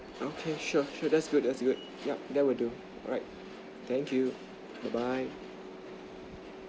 okay sure sure that's good that's good yup that will do alright thank you bye bye